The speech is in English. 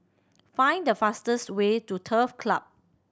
find the fastest way to Turf Club